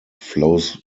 flows